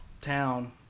town